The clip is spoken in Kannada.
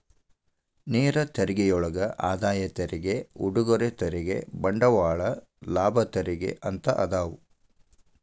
ನೇರ ತೆರಿಗೆಯೊಳಗ ಆದಾಯ ತೆರಿಗೆ ಉಡುಗೊರೆ ತೆರಿಗೆ ಬಂಡವಾಳ ಲಾಭ ತೆರಿಗೆ ಅಂತ ಅದಾವ